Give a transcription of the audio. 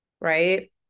right